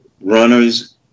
runners